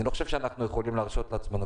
אני לא חושב שאנחנו יכולים להרשות לעצמנו,